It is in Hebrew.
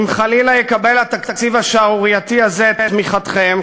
אם חלילה יקבל התקציב השערורייתי הזה את תמיכתכם,